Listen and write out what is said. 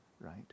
right